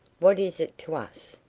what is it to us?